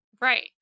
Right